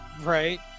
right